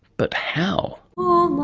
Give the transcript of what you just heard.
but how? um